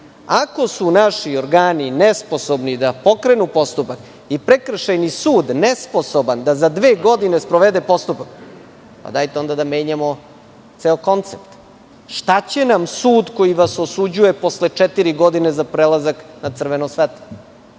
Ako su naši organi nesposobni da pokrenu postupak i prekršajni sud nesposoban da za dve godine sprovede postupak, dajte onda da menjamo ceo koncept. Šta će nam sud koji vas osuđuje posle četiri godine za prelazak na crveno svetlo?